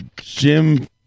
Jim